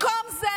במקום זה,